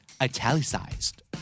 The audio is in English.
italicized